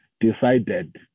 decided